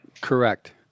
Correct